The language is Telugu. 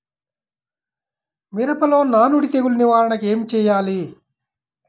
మిరపలో నానుడి తెగులు నివారణకు ఏమి చేయాలి?